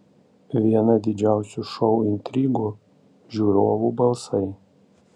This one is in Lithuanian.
viena didžiausių šou intrigų žiūrovų balsai